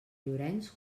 llorenç